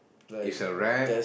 is a rap